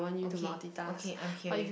okay okay I'm hearing